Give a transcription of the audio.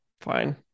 fine